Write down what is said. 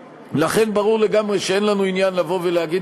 לכן ברור לגמרי שאין לנו עניין להגיד